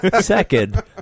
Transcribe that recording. Second